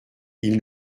ils